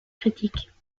critiques